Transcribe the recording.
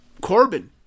Corbin